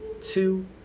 two